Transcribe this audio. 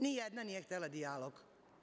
Ni jedna nije htela dijalog.